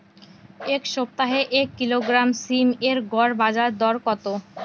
এই সপ্তাহে এক কিলোগ্রাম সীম এর গড় বাজার দর কত?